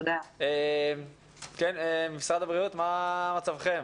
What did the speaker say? משרד הבריאות, מה מצבכם?